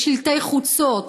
בשלטי חוצות,